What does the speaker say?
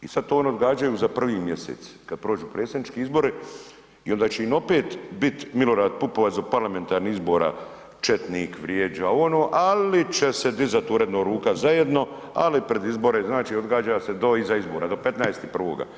I sada to oni odgađaju za 1. mjesec kada prođu predsjednički izbori i onda će im opet bit Milorad Pupovac za parlamentarni izbora četnik, vrijeđa ono, ali će se dizati uredno ruka zajedno, ali pred izbora znači odgađa se do izbora do 15.1.